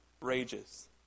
rages